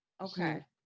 okay